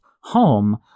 home